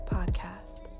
Podcast